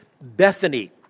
Bethany